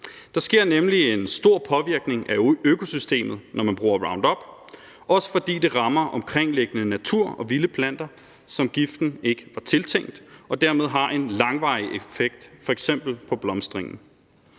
Der sker nemlig en stor påvirkning af økosystemet, når man bruger Roundup, også fordi det rammer omkringliggende natur og vilde planter, som giften ikke var tiltænkt, og derfor har det en langvarig effekt på f.eks. blomstringen.